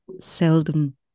seldom